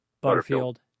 Butterfield